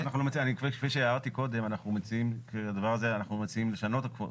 כפי שהערתי קודם, אנחנו מציעים לשנות אותו.